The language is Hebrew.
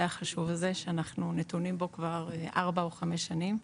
החשוב הזה שאנחנו נתונים בו כבר ארבע או חמש שנים.